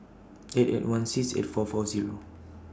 eight eight one six eight four four Zero